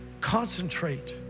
concentrate